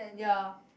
ya